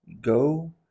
go